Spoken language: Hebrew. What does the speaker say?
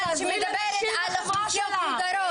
על אוכלוסיות מודרות,